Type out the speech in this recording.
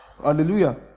Hallelujah